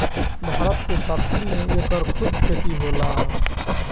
भारत के दक्षिण में एकर खूब खेती होखेला